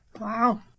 Wow